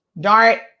Dart